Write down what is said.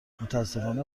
متاسفانه